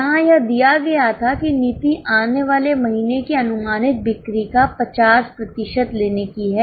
यहाँ यह दिया गया था कि नीति आने वाले महीने की अनुमानित बिक्री का 50 प्रतिशत लेने की है